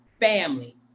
family